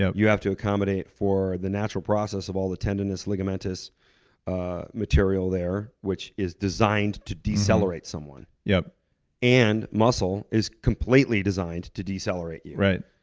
you have to accommodate for the natural process of all the tenderness, ligamentous ah material there, which is designed to decelerate someone. yeah and, muscle is completely designed to decelerate you. right.